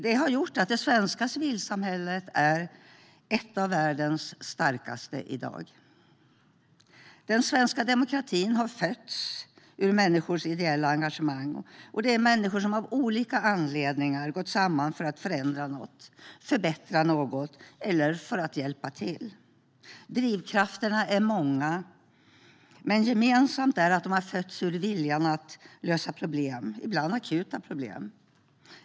Det har gjort att det svenska civilsamhället i dag är ett av världens starkaste. Den svenska demokratin har fötts ur människors ideella engagemang. Det är människor som av olika anledningar gått samman för att förändra något, för att förbättra något eller för att hjälpa till. Drivkrafterna är många, men gemensamt är att de fötts ur viljan att lösa problem, ibland akuta problem.